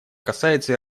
касается